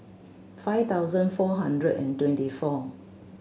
five thousand four hundred and twenty four